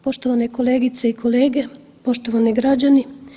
Poštovane kolegice i kolege, poštovani građani.